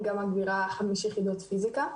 בנוסף אני גם מגבירה 5 יח' פיזיקה.